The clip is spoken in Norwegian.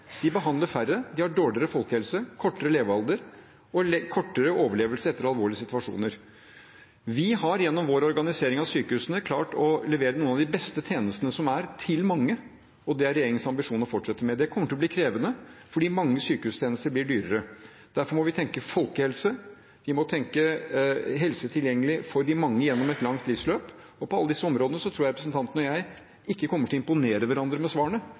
De behandler færre, de har dårligere folkehelse, kortere levealder og kortere overlevelse etter alvorlige situasjoner. Vi har gjennom vår organisering av sykehusene klart å levere noen av de beste tjenestene som er, til mange, og det er det regjeringens ambisjon å fortsette med. Det kommer til å bli krevende fordi mange sykehustjenester blir dyrere. Derfor må vi tenke folkehelse, og vi må tenke helse tilgjengelig for de mange gjennom et langt livsløp. Og på alle disse områdene tror jeg representanten og jeg ikke kommer til å imponere hverandre med svarene, men jeg er veldig trygg på at de svarene